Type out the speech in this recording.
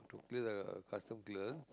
clear the custom clear